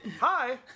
Hi